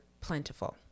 plentiful